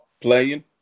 playing